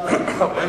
בשאר העולם.